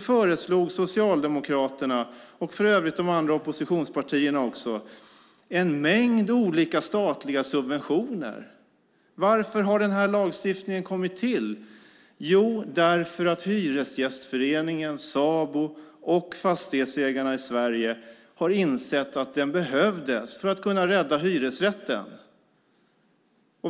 föreslog Socialdemokraterna, och för övrigt de andra oppositionspartierna också, en mängd olika statliga subventioner. Varför har den här lagstiftningen kommit till? Jo, därför att Hyresgästföreningen, Sabo och Fastighetsägarna i Sverige har insett att den behövdes för att kunna rädda hyresrätten.